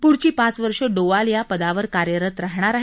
प्ढची पाच वर्ष डोवाल या पदावर कार्यरत राहणार आहेत